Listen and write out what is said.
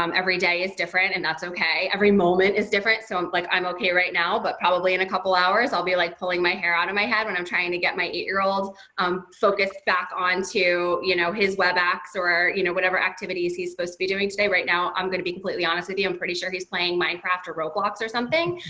every day is different, and that's okay. every moment is different. so, i'm like, i'm okay right now, but probably in a couple hours i'll be like pulling my hair out of my head when i'm trying to get my eight-year-old's um, focus back on to you know his webex, or you know, whatever activity is he's supposed to be doing today. right now, i'm gonna be completely honest with you. i'm pretty sure he's playing minecraft or roblox or something.